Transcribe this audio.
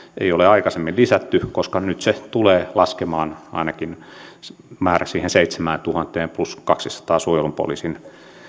ei ole aikaisemmin lisätty koska nyt se määrä tulee laskemaan ainakin siihen seitsemääntuhanteen plus kahdensadan suojelupoliisin